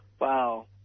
Wow